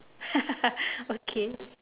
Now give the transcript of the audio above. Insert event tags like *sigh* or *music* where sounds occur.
*laughs* okay